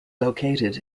located